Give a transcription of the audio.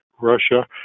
Russia